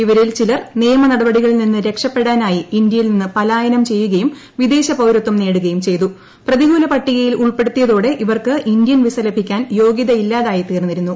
ഇവരിൽ ചിലർ നിയമനടപടികളിൽ നിന്ന് രക്ഷപ്പെടാനായി ഇന്ത്യയിൽ നിന്ന് പലായനം ചെയ്യുകയും വിദേശ ്പൌരത്വം നേടുകയും പ്രതികൂല പട്ടികയിൽ ഉൾപ്പെടുത്തിയതോടെ ഇവർക്ക് ഇന്ത്യൻ വിസ ലഭിക്കാൻ യോഗ്യതയില്ലാതായി തീർന്നിരുന്നു